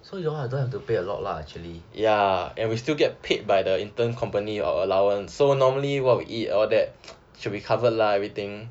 so you all don't have to pay a lot lah actually ya